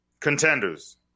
Contenders